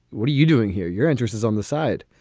what are you doing here? your interest is on the side.